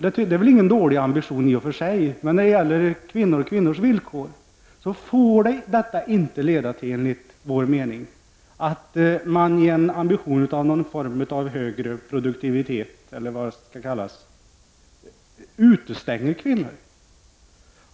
Det är ingen dålig ambition i och för sig, men när det gäller kvinnor får detta, enligt vår åsikt, inte leda till att man för någon högre produktivitets skull utestänger kvinnor.